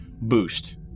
boost